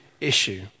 issue